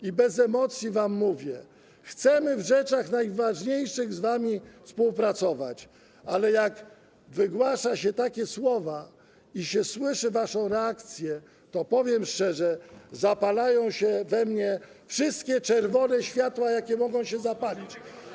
I bez emocji wam mówię: chcemy w rzeczach najważniejszych z wami współpracować, ale jak wygłasza się takie słowa i słyszy się waszą reakcję, to powiem szczerze, że zapalają się we mnie wszystkie czerwone światła, jakie mogą się zapalić.